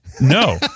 No